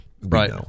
right